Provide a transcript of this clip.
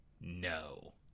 No